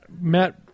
Matt